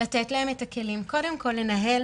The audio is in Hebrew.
לתת להם